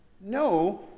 No